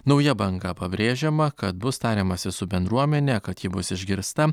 nauja banga pabrėžiama kad bus tariamasi su bendruomene kad ji bus išgirsta